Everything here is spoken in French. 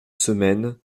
semaine